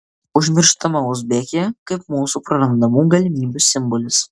užmirštama uzbekija kaip mūsų prarandamų galimybių simbolis